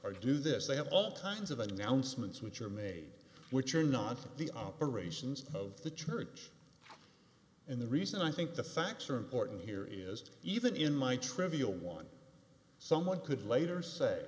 or do this they have all kinds of announcements which are made which are not the operations of the church in the reason i think the facts are important here is even in my trivial one someone could later say